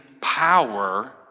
power